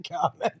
comment